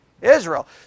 Israel